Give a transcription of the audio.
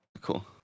Cool